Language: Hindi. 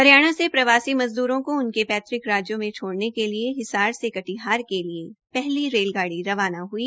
हरियाणा से प्रवासी मज़दूरों को उनके पैतृक राज्यों में छोड़ने के लिए हिसार से कटिहार के लिए पहली रेलगाड़ी रवाना हुई